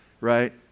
right